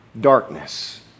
darkness